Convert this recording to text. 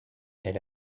elle